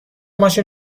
ماشین